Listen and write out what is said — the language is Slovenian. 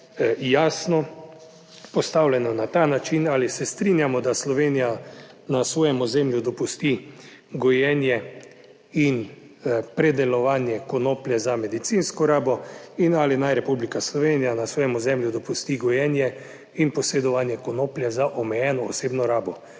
jasno postavljeno na ta način ali se strinjamo, da Slovenija na svojem ozemlju dopusti gojenje in predelovanje konoplje za medicinsko rabo in ali naj Republika Slovenija na svojem ozemlju dopusti gojenje in posredovanje konoplje za omejeno osebno.